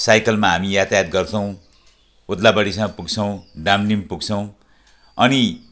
साइकलमा हामी यातायात गर्छौँ ओदलाबाडीसम्म पुग्छौँ डामडिम पुग्छौँ अनि